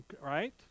right